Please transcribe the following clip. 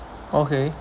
okay